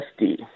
SD